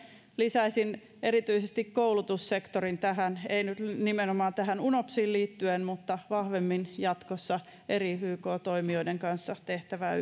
lisäisin erityisesti koulutussektorin tähän ei nyt nimenomaan tähän unopsiin liittyen mutta vahvemmin jatkossa eri yk toimijoiden kanssa tehtävään